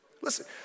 listen